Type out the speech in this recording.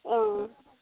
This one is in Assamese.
অঁ